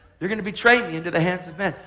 you're going to betray me into the hands of men.